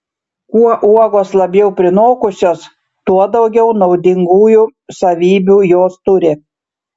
kuo uogos labiau prinokusios tuo daugiau naudingųjų savybių jos turi